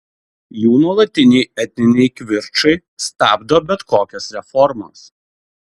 jų nuolatiniai etniniai kivirčai stabdo bet kokias reformas